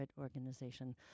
organization